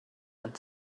and